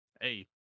Hey